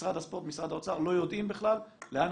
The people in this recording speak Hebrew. שמשרד הספורט ומשרד האוצר לא יודעים בכלל לאן